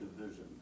division